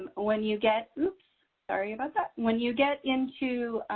um when you get, oops, sorry about that. when you get into,